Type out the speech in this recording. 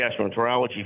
gastroenterology